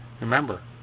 Remember